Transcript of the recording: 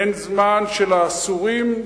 אין זמן של האסורים?